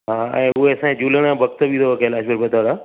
हा ऐं उहे असांजा झूलण जा भक्त बि अथव कैलाश पर्बत वारा